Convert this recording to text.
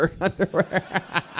underwear